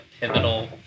pivotal